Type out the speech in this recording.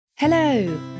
Hello